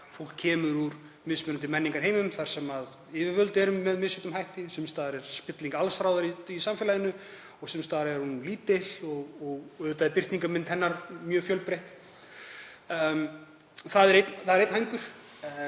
fólk kemur úr ólíkum menningarheimum þar sem yfirvöld eru með misjöfnum hætti. Sums staðar er spilling allsráðandi í samfélaginu og sums staðar er hún lítil og auðvitað er birtingarmynd hennar mjög fjölbreytt. Það er einn hængur